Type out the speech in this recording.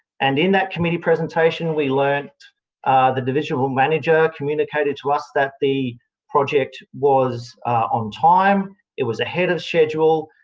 and in that committee presentation, we learnt the divisional manager communicated to us that the project was on time it was ahead of schedule,